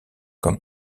comme